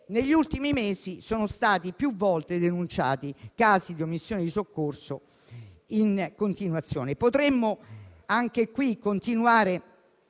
negli ultimi mesi, sono stati più volte denunciati casi di omissione di soccorso. Potremmo,